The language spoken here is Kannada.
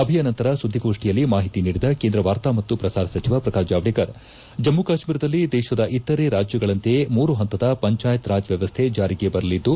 ಸಭೆಯ ನಂತರ ಸುದ್ದಿಗೋಷ್ಠಿಯಲ್ಲಿ ಮಾಹಿತಿ ನೀಡಿದ ಕೇಂದ್ರ ವಾರ್ತಾ ಮತ್ತು ಪ್ರಸಾರ ಸಚಿವ ಪ್ರಕಾಶ್ ಜಾವಡೇಕರ್ ಜಮ್ಮು ಕಾಶ್ಮೀರದಲ್ಲಿ ದೇಶದ ಇತರೆ ರಾಜ್ಯಗಳಂತೆ ಮೂರು ಹಂತದ ಪಂಚಾಯತ್ ರಾಜ್ ವ್ಯವಸ್ನೆ ಜಾರಿಗೆ ಬರಲಿದ್ದು